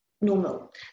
normal